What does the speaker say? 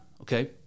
okay